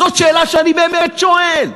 זאת שאלה שאני באמת שואל.